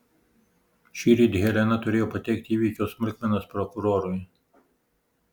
šįryt helena turėjo pateikti įvykio smulkmenas prokurorui